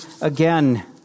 again